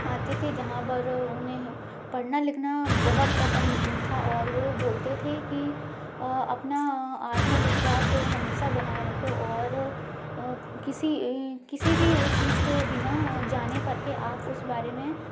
आते थे जहाँ भर उन्हें पढ़ना लिखना बहुत पसंद था और वो बोलते थे कि अपना आत्मविश्वास हमेशा बनाए रखो और किसी किसी भी चीज को बिना जाने परखे आप उस बारे में